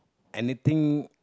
anything